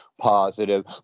positive